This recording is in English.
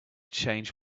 change